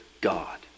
God